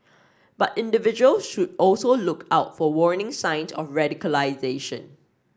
but individual should also look out for warning signed of radicalisation